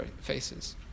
faces